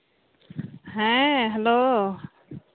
ᱦᱮᱸ ᱦᱮᱞᱳ